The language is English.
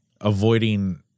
avoiding